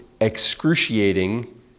excruciating